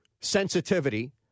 sensitivity